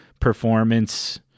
performance